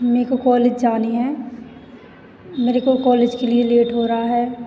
मेरे को कॉलेज जानी हैं मेरे को कॉलेज के लिए लेट हो रहा है